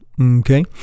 Okay